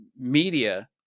media